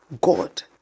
God